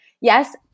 yes